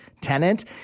tenant